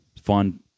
find